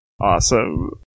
Awesome